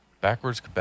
Backwards